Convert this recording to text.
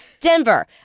Denver